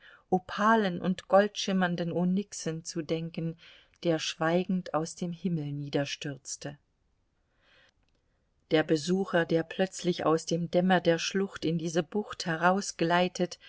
opalen und goldschimmernden onyxen zu denken der schweigend aus dem himmel niederstürzte der besucher der plötzlich aus dem dämmer der schlucht in diese bucht